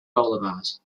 boulevard